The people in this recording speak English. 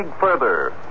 further